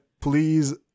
please